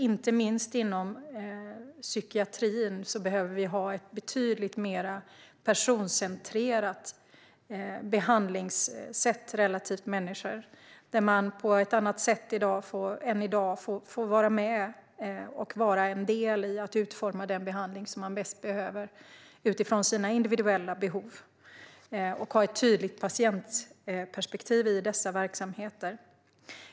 Inte minst inom psykiatrin behöver vi ha ett betydligt mer personcentrerat behandlingssätt relativt människor där människor på ett annat sätt än i dag får vara en del i att utforma den behandling de bäst behöver utifrån sina individuella behov. Vi behöver ha ett tydligt patientperspektiv i dessa verksamheter.